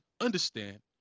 understand